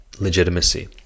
legitimacy